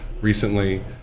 recently